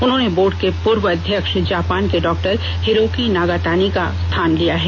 उन्होंने बोर्ड के पूर्व अध्यक्ष जापान के डॉक्टर हिरोकी नाकातानी का स्थान लिया है